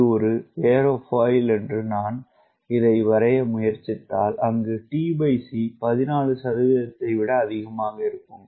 இது ஒரு ஏரோஃபைல் என்று நான் இதை வரைய முயற்சித்தால் அங்கு t c 14 ஐ விட அதிகமாக இருக்கும்